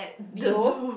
Vivo